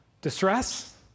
distress